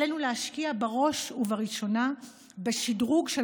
עלינו להשקיע בראש ובראשונה בשדרוג של